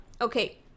Okay